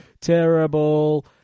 terrible